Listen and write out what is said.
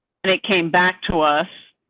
and it came back to us,